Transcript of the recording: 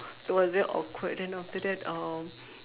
it was very awkward then after that uh